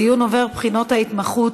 (ציון עובר בבחינות ההתמחות),